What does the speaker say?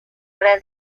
obra